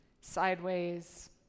sideways